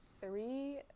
Three